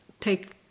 take